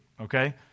okay